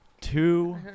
Two